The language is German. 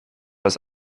als